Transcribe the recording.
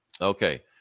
okay